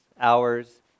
hours